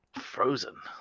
Frozen